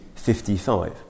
55